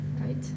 Right